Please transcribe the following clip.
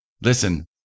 Listen